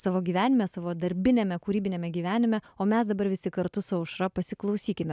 savo gyvenime savo darbiniame kūrybiniame gyvenime o mes dabar visi kartu su aušra pasiklausykime